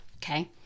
Okay